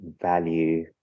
value